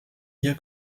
bien